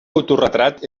autoretrat